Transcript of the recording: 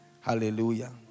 Hallelujah